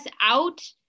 out